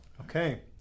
Okay